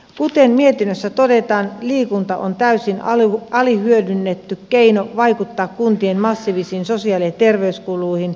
kuten mietinnössä todetaan liikunta on täysin alihyödynnetty keino vaikuttaa kuntien massiivisiin sosiaali ja terveyskuluihin